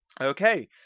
Okay